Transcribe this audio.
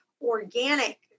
organic